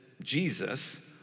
Jesus